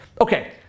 Okay